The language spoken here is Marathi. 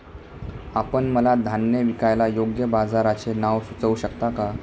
आपण मला धान्य विकायला योग्य बाजाराचे नाव सुचवू शकता का?